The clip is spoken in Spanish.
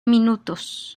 minutos